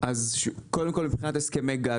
קודם כל מבחינת הסכמי גג,